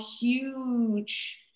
huge